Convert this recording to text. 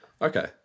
Okay